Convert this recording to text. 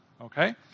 Okay